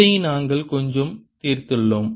இதை நாங்கள் கொஞ்சம் தீர்த்துள்ளோம்